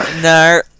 no